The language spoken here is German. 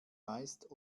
meist